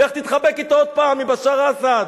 לך תתחבק אתו עוד פעם, עם בשאר אסד.